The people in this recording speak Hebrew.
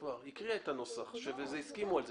היא הקריאה את הנוסח והסכימו על זה.